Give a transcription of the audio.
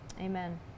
Amen